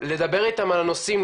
לדבר איתם על הנושאים,